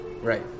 Right